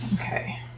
Okay